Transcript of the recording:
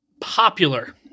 popular